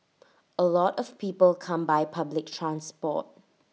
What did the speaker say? A lot of people come by public transport